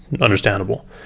understandable